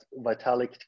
Vitalik